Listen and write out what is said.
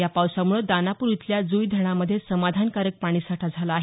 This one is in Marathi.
या पावसामुळं दानापूर इथल्या जुइं धरणामध्ये समाधानकारक पाणीसाठा झाला आहे